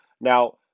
Now